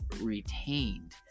retained